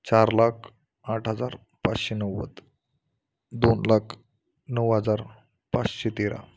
चार लाख आठ हजार पाचशे नव्वद दोन लाख नऊ हजार पाचशे तेरा